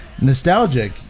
nostalgic